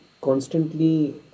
constantly